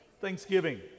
Thanksgiving